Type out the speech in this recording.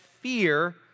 fear